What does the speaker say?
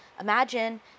Imagine